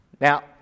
Now